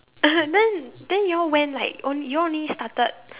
then then you all went like on~ you all only started